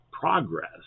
progress